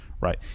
right